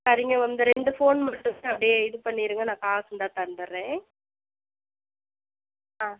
சரிங்க இந்த ரெண்டு ஃபோன் மட்டும் அப்படியே இது பண்ணிடுங்க நான் காசு இந்தா தந்துடுறேன் ஆ